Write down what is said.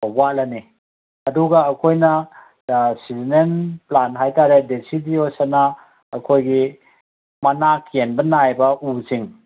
ꯋꯥꯠꯂꯅꯤ ꯑꯗꯨꯒ ꯑꯩꯈꯣꯏꯅ seasonal plan ꯍꯥꯏꯇꯥꯔꯦ ꯗꯦꯁꯤꯗꯤꯑꯣꯁꯑꯅ ꯑꯩꯈꯣꯏꯒꯤ ꯃꯅꯥ ꯀꯦꯟꯕ ꯅꯥꯏꯕ ꯎꯁꯤꯡ